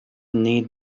need